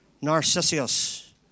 Narcissus